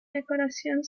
decoración